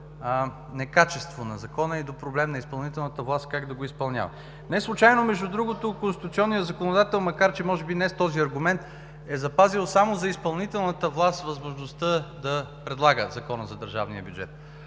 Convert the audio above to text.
некачество на закона и до проблем на изпълнителната власт как да го изпълнява. Не случайно, между другото, конституционният законодател, макар че може би не с този аргумент, е запазил само за изпълнителната власт възможността да предлага Закона за държавния бюджет.